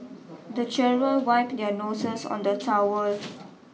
the children wipe their noses on the towel